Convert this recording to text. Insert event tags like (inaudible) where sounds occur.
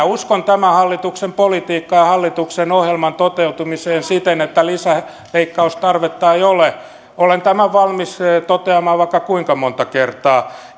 (unintelligible) uskon tämän hallituksen politiikkaan ja hallituksen ohjelman toteutumiseen siten että lisäleikkaustarvetta ei ole olen tämän valmis toteamaan vaikka kuinka monta kertaa (unintelligible)